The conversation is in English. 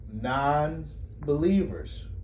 non-believers